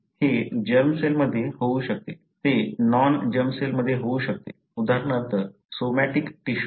हे जर्मसेल मध्ये होऊ शकते ते नॉन जर्मसेल मध्ये होऊ शकते उदाहरणार्थ सोमॅटिक टिश्यू